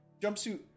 jumpsuit